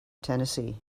tennessee